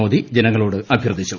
മോദി ജന്ന്ങ്ങളോട് അഭ്യർത്ഥിച്ചു